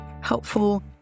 helpful